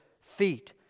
feet